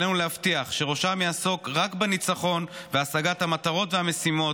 עלינו להבטיח שראשם יעסוק רק בניצחון ובהשגת המטרות והמשימות,